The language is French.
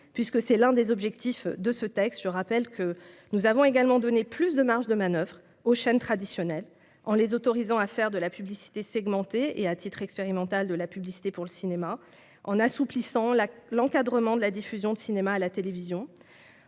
Puisque c'est l'un des objectifs de ce texte, je rappelle que nous avons également donné plus de marges de manoeuvre aux chaînes traditionnelles : en les autorisant à faire de la publicité segmentée, ainsi que, à titre expérimental, de la publicité pour le cinéma ; en assouplissant l'encadrement de la diffusion de cinéma à la télévision